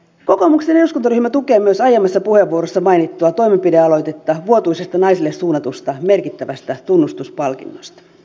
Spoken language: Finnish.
kokoomuksen eduskuntaryhmä tukee myös aiemmassa puheenvuorossa mainittua toimenpidealoitetta vuotuisesta naisille suunnatusta merkittävästä tunnustuspalkinnosta